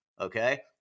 Okay